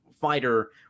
fighter